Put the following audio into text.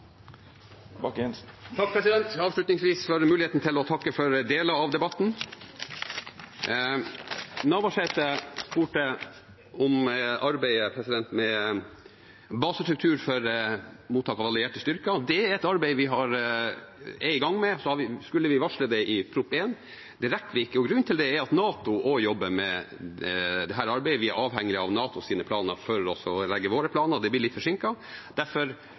for muligheten avslutningsvis til å takke for deler av debatten. Navarsete spurte om arbeidet med basestruktur for mottak av allierte styrker. Det er et arbeid vi er i gang med, og så skulle vi varsle det i Prop. 1. Det rekker vi ikke, og grunnen til det er at NATO også jobber med dette. Vi er avhengig av NATOs planer for å legge våre planer, og det er blitt litt forsinket. Derfor